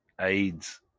AIDS